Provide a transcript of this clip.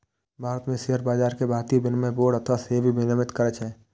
भारत मे शेयर बाजार कें भारतीय विनिमय बोर्ड अथवा सेबी विनियमित करै छै